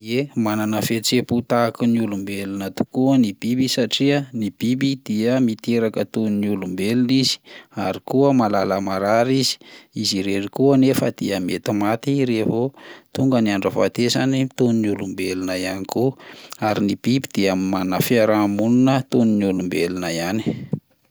Ie, manana fihetseham-po tahaky ny olombelona tokoa ny biby satria ny biby dia miteraka toy ny olombelona izy ary koa mahalala marary izy, izy ireny koa anefa dia mety maty raha vao tonga ny andro ahafatesany toy ny olombelona ihany koa ary ny biby dia manana fiarahamonina toy ny olombelona ihany.